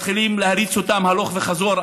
מתחילים להריץ אותם הלוך וחזור.